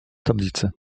tablicy